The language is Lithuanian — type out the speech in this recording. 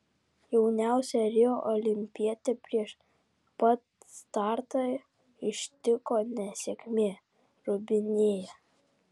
jauniausią rio olimpietę prieš pat startą ištiko nesėkmė rūbinėje